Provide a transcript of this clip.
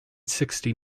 sixty